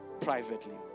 privately